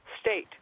state